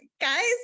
guys